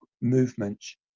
movements